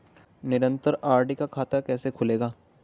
निरन्तर आर.डी का खाता कैसे खुलेगा?